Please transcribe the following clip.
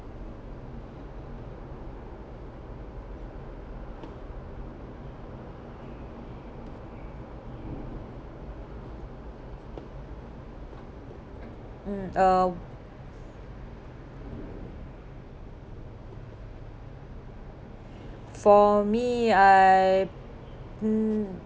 um uh for me I mm